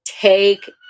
Take